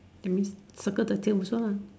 that means circle the tail with curl lah